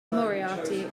moriarty